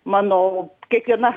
mano kiekviena